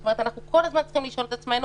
זאת אומרת, אנחנו כל הזמן צריכים לשאול את עצמנו,